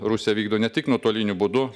rusija vykdo ne tik nuotoliniu būdu